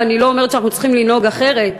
ואני לא אומרת שאנחנו צריכים לנהוג אחרת,